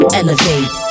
elevate